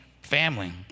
family